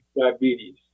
diabetes